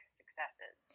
successes